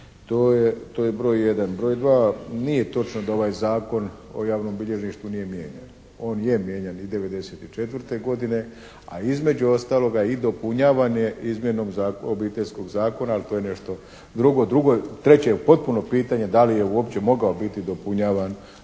To je broj jedan. Broj dva, nije točno da ovaj Zakon o javnom bilježništvu nije mijenjan. On je mijenjan i 94. godine, a između ostaloga i dopunjavan je Obiteljskog zakona, ali to je nešto drugo. Treće je potpuno pitanje da li je uopće mogao biti dopunjavan